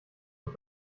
und